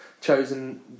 chosen